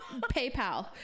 PayPal